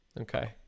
Okay